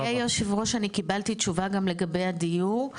אדוני יושב הראש, אני קיבלתי תשובה גם לגבי הדיור.